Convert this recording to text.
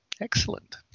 excellent